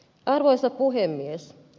arvoisa puhemies